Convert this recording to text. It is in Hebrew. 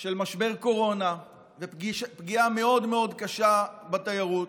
של משבר קורונה ופגיעה מאוד מאוד קשה בתיירות.